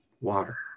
water